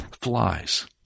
flies